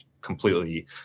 completely